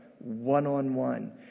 one-on-one